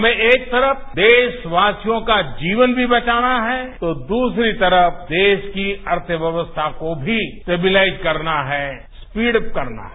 हमें एक तरफ देशवासियों का जीवन भी बचाना है तो द्रसरी तरफ देशकी अर्थव्यवस्था को भी स्टेबलाइज करना है स्पीडअप करना है